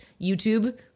YouTube